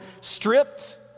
stripped